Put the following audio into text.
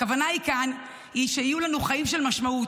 הכוונה כאן היא שיהיו לנו חיים של משמעות